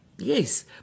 Yes